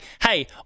Hey